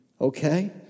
Okay